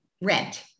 Rent